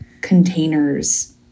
containers